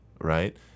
right